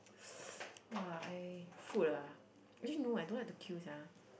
!wah! I food ah actually no eh I don't like to quite sia